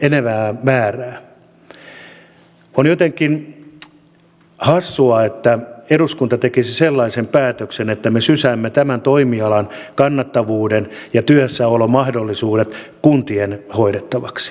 on jotenkin hassua että eduskunta tekisi sellaisen päätöksen että me sysäämme tämän toimialan kannattavuuden ja työssäolomahdollisuudet kuntien hoidettavaksi